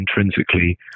intrinsically